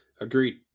Agreed